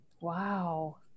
Wow